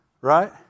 Right